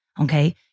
okay